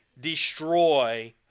destroy